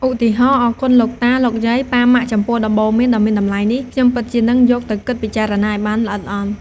ឧទាហរណ៍ អរគុណលោកតា លោកយាយ ប៉ា ម៉ាក់ ចំពោះដំបូន្មានដ៏មានតម្លៃនេះ ខ្ញុំពិតជានឹងយកទៅគិតពិចារណាឲ្យបានល្អិតល្អន់។